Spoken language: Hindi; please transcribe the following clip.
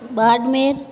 बाडमेर